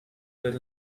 let